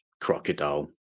crocodile